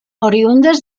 oriündes